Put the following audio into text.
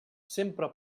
sempre